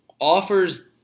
offers